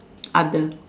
other